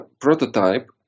prototype